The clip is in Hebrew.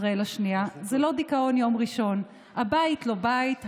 ישראל השנייה / זה לא דיכאון יום ראשון / הבית לא בית /